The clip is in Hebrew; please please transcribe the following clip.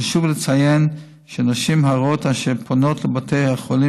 חשוב לציין שנשים הרות אשר פונות לבתי החולים